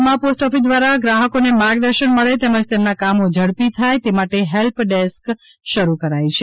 ભુજમાં post office દ્વારા ગ્રાહકોને માર્ગદર્શન મળે તેમજ તેમના કામો ઝડપી થાય તે માટે હેલ્પ ડેસ્ક શરૂ કરાઇ છે